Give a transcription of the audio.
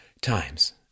times